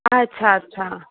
अच्छा अच्छा